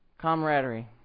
Comradery